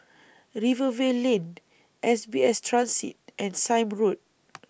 Rivervale Lane S B S Transit and Sime Road